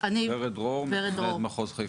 אני מתכננת מחוז חיפה.